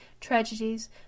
tragedies